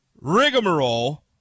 rigmarole